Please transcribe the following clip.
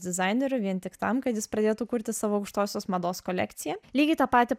dizainerių vien tik tam kad jis pradėtų kurti savo aukštosios mados kolekciją lygiai tą patį